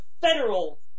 federal